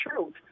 truth